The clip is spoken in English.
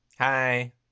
Hi